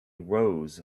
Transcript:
rows